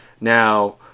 Now